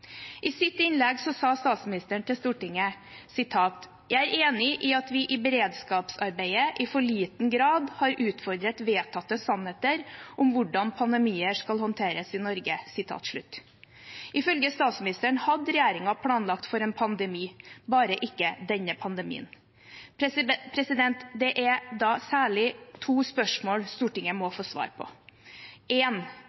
sa statsministeren til Stortinget: «Jeg er enig i at vi i beredskapsarbeidet i for liten grad har utfordret vedtatte sannheter om hvordan pandemier skal håndteres i Norge.» Ifølge statsministeren hadde regjeringen planlagt for en pandemi, bare ikke denne pandemien. Det er særlig to spørsmål Stortinget må